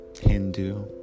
Hindu